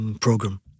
program